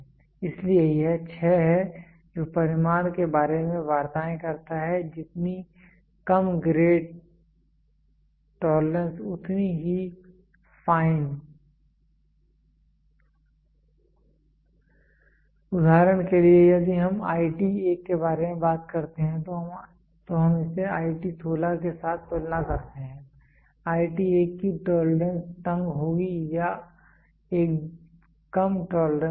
इसलिए यह 6 है जो परिमाण के बारे में वार्ताएं करता हैं जितनी कम ग्रेड टोलरेंस उतनी ही फाइन उदाहरण के लिए यदि हम IT 1 के बारे में बात करते हैं तो हम इसे IT 16 के साथ तुलना करते हैं IT 1 की टोलरेंस तंग होगी या एक कम टोलरेंस होगी